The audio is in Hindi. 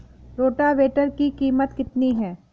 रोटावेटर की कीमत कितनी है?